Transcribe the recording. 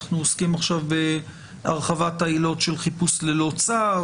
אנחנו עוסקים עכשיו בהרחבת העילות של חיפוש ללא צו,